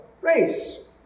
race